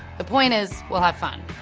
the point is we'll have fun.